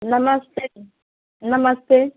नमस्ते नमस्ते